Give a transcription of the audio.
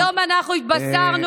היום אנחנו התבשרנו,